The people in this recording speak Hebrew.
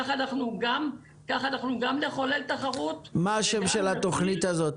כך אנחנו גם נחולל תחרות וגם נציל --- מה השם של התוכנית הזאת?